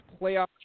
Playoff